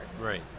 Right